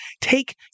take